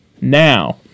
now